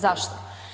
Zašto?